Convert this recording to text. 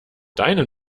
deine